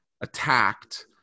attacked